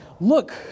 look